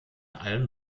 allen